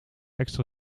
extra